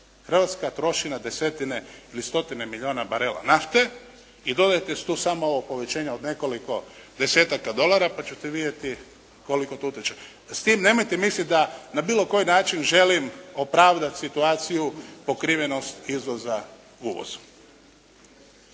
Hrvatska troši na desetine, stotine milijuna barela nafte. I dodajte tu samo ovo povećanje od nekoliko desetaka dolara pa ćete vidjeti koliko tu teče. S tim nemojte misliti da na bilo koji način želim opravdati situaciju pokrivenost izvoza uvozom.